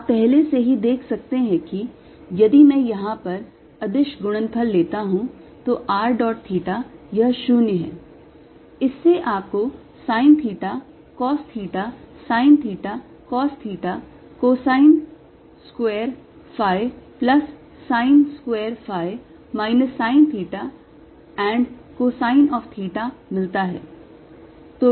आप पहले से ही देख सकते हैं कि यदि मैं यहाँ पर अदिश गुणनफल लेता हूँ तो r dot theta यह 0 है इससे आपको sine theta cos theta sine theta cos theta cosine square phi plus sine square phi minus sine theta and cosine of theta मिलता है